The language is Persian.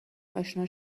اشنا